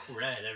red